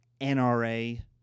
NRA